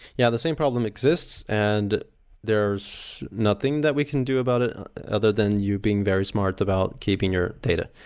yeah, the same problem exists and there's nothing that we can do about it other than you being very smart about keeping your data.